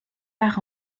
par